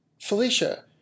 Felicia